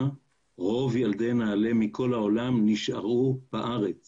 רוב ילדי נעל"ה מכל העולם נשארו בארץ